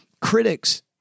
critics